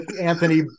Anthony